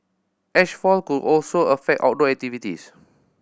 ash fall could also affect outdoor activities